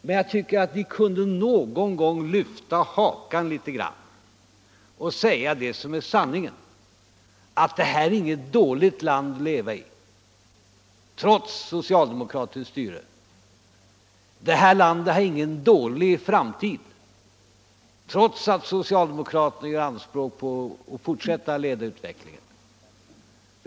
Men jag tycker att Ni någon gång kunde lyfta hakan litet grand och säga det som är sanningen — att det här är inget dåligt land att leva i, trots socialdemokratiskt styre. Det här landet har ingen dålig framtid, trots att socialdemokraterna gör anspråk på att fortsätta att leda utvecklingen.